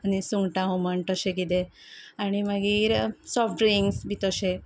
सुंगटां हुमण तशें किदें आनी मागीर सॉफ्ट ड्रिंक्स बी तशें